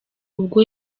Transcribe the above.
ubwo